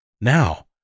Now